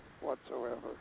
whatsoever